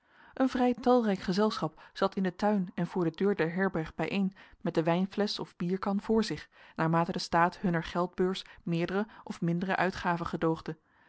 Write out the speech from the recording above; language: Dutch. een vrij talrijk gezelschap zat in den tuin en voor de deur der herberg bijeen met de wijnflesch of bierkan voor zich naarmate de staat hunner geldbeurs meerdere of mindere uitgaven gedoogde